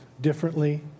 differently